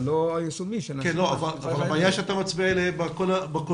אבל לא יישומי --- אבל הבעיה שאתה מצביע עליה היא בקולות